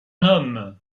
homme